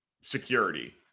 security